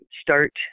start